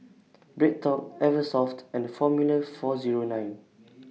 BreadTalk Eversoft and Formula four Zero nine